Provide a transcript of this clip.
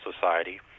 Society